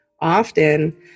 often